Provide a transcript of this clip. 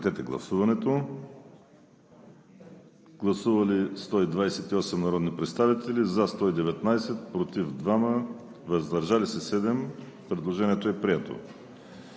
режим на гласуване. Гласували 122 народни представители: за 114, против 1, въздържали се 7. Предложението е прието.